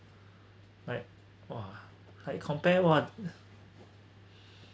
like !wah! like you compare what